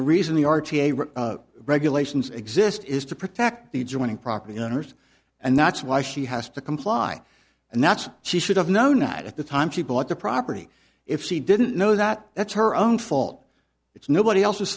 the reason the r t a regulations exist is to protect the joining property owners and that's why she has to comply and that's she should have no not at the time she bought the property if she didn't know that that's her own fault it's nobody else's